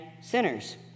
sinners